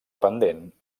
pendent